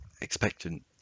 expectant